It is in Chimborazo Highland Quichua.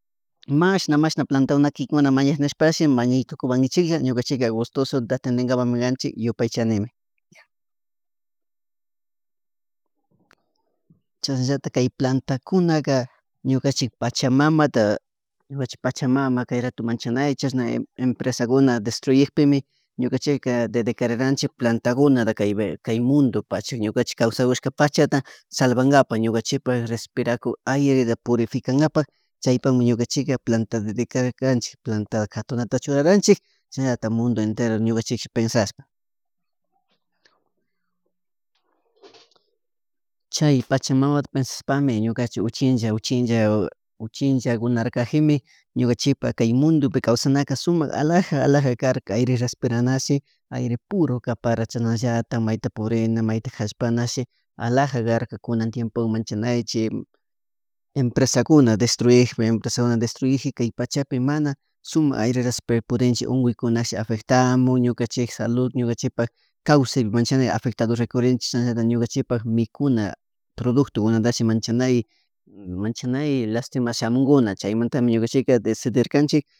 Mashna, mashna, platakuna kikinkuna mañay nispashi mañay tukuypankichilla ñukanchik gustoso atentedipakmi kanchik yupaychani. Chasnalaltak kay plantantakunaka ñukachik pachamamata ñukanchik kay pachamama kay rato manchanay chasna empresakuna destruyekpimi ñukanchik dedicarkanchik plantakunataka kay mundo pacha ñukanchik kawsakushka pachata salvangapak ñukanchikpa respirashka aireta prufikankapak chaypakmi ñukanchik planta dedicarircanchik planta katunata churarkanchik shinalatik mundo enteropi ñukanchik pensashpa. Chay pachamamata pensashpami ñukanchik uchilla uchinlla uchinlla kunar kajimi ñukanchipak kay mundopika kawsanaka sumak alaja alaja karka aire respiranashi air puro kapara chashnallata maypi purina mayta cashpanashi alaja karka kunan tiempowan manchanayshi empresakuna destruyekpi, empresakuna destruyeji kay pachapi mana suma aire respiray pudinchik unkuykunash afectanmun ñukanchik salud ñukanchikpak kawsaypi manchanay afectado rikurinchik chasnallatak ñukanchikpak mikuna productukukna manchanay manchanay lastima shamunkuna chyamantami ñukanchik desdirkanchik